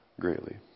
greatly